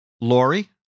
Lori